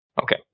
Okay